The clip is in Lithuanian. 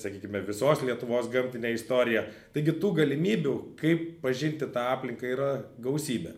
sakykime visos lietuvos gamtinę istoriją taigi tų galimybių kaip pažinti tą aplinką yra gausybė